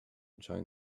join